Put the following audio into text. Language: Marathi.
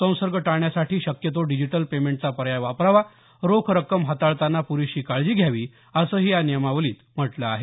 संसर्ग टाळण्यासाठी शक्यतो डिजीटल पेमेंटचा पर्याय वापरावा रोख रक्कम हाताळताना पुरेशी काळजी घ्यावी असंही या नियमावलीत म्हटलं आहे